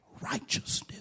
righteousness